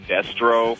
Destro